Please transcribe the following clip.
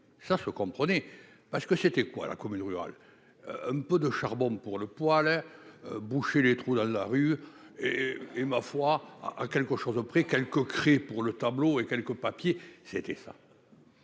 ça je comprenais pas ce que c'était quoi, la commune rurale, un peu de charbon pour le poids à boucher les trous dans la rue et ma foi, à quelque chose près, quelques pour le tableau et quelques papiers c'était ça